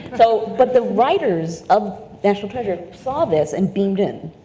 so but the writers of national treasure saw this and beamed in.